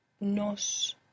Nos